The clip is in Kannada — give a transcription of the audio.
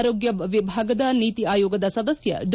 ಆರೋಗ್ಯ ವಿಭಾಗದ ನೀತಿ ಆಯೋಗದ ಸದಸ್ನ ಡಾ